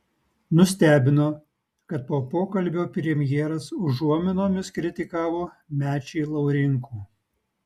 nustebino kad po pokalbio premjeras užuominomis kritikavo mečį laurinkų